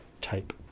type